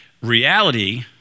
reality